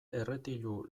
erretilu